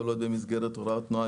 יכול להיות שבמסגרת הוראות תנועה,